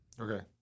Okay